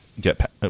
get